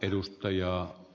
puhemies